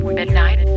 midnight